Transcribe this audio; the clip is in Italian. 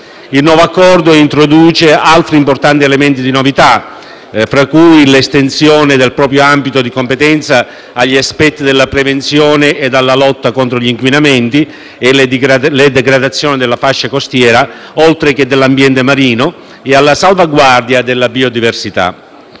Il nuovo Accordo introduce altri importanti elementi di novità, tra cui l'estensione del proprio ambito di competenza agli aspetti della prevenzione e alla lotta contro gli inquinamenti e le degradazioni della fascia costiera, oltre che dell'ambiente marino e alla salvaguardia della biodiversità.